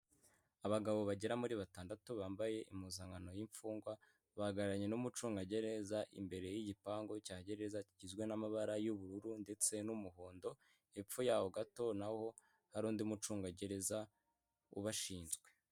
Abagabo bagera muri batandatu bambaye impuzankano y'imfungwa, bagararanye n'umucungagereza imbere y'igipangu cya gereza kigizwe n'amabara y'ubururu ndetse n'umuhondo, hepfo yaho gato naho hari undi mucungagereza ubashinzwe.